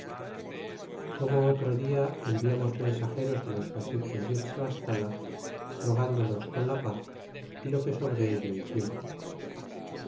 como otro dia enviamos mensageros los caciques de tlascala rogándolos con la paz y lo que sobre ello hicieron